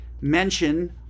mention